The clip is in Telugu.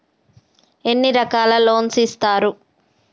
ఎన్ని రకాల లోన్స్ ఇస్తరు?